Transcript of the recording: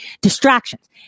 distractions